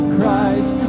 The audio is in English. Christ